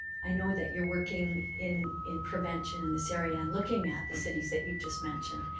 i know that you're working in in prevention in this area and looking at the cities that you've just mentioned,